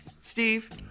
Steve